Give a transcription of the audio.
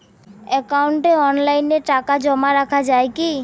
একাউন্টে অনলাইনে টাকা জমা রাখা য়ায় কি?